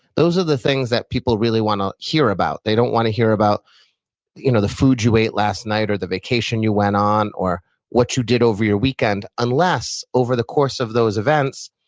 those are the things that people really want to hear about. they don't want to hear about the you know the food you ate last night or the vacation you went on or what you did over your weekend unless over the course of those events,